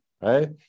right